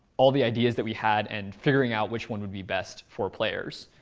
all the ideas that we had and figuring out which one would be best for players.